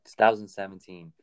2017